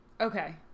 Okay